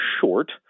short